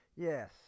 Yes